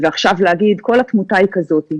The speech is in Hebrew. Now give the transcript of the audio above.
ועכשיו להגיד, כל התמותה היא כזאת.